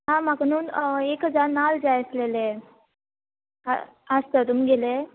आं म्हाका न्हू एक हजार नाल्ल जाय आसलेले आसत तुमगेले